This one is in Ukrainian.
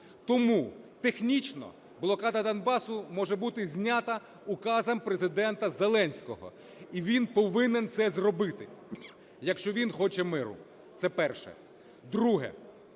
Тому технічно блокада Донбасу може бути зняти указом Президента Зеленського, і він повинен це зробити, якщо він хоче миру, це перше. Друге.